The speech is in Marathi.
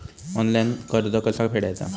ऑनलाइन कर्ज कसा फेडायचा?